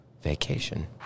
vacation